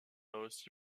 aussi